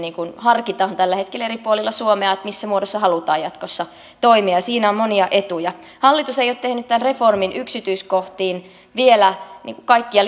harkitaan tällä hetkellä eri puolilla suomea missä muodossa halutaan jatkossa toimia ja siinä on monia etuja hallitus ei ole tehnyt tämän reformin yksityiskohtiin vielä kaikkia